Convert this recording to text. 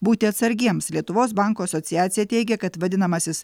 būti atsargiems lietuvos bankų asociacija teigia kad vadinamasis